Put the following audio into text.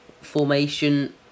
formation